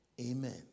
Amen